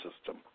system